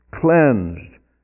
cleansed